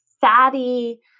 fatty